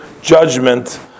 judgment